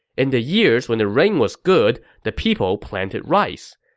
in the years when the rain was good, the people planted rice.